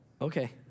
okay